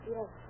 Yes